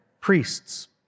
priests